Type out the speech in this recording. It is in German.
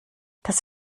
das